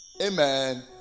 Amen